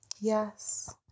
Yes